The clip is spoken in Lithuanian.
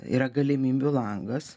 yra galimybių langas